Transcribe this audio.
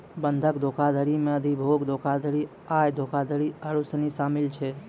बंधक धोखाधड़ी मे अधिभोग धोखाधड़ी, आय धोखाधड़ी आरु सनी शामिल छै